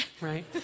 right